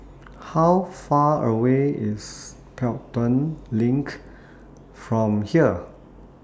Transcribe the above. How Far away IS Pelton LINK from here